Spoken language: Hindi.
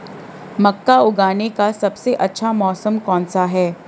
मक्का उगाने का सबसे अच्छा मौसम कौनसा है?